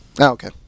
okay